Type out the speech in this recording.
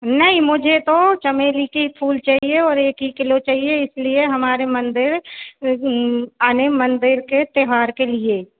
नहीं मुझे तो चमेली के फूल चहिये और एक ही किलो चाहिए इसलिये हमारे मंदिर आने मनभेर के त्योहार के लिए